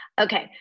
Okay